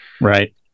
right